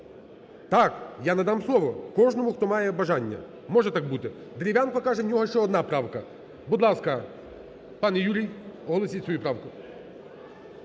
Так, я надам слово кожному, хто має бажання. Може так бути. Дерев'янко каже, в нього ще одна правка. Будь ласка, пане Юрій, оголосіть свою правку.